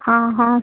ହଁ ହଁ